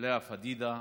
לאה פדידה,